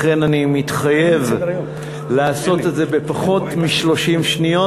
לכן אני מתחייב לעשות את זה בפחות מ-30 שניות.